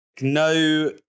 no